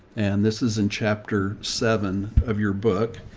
and this is in chapter seven of your book,